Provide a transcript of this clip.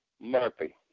Murphy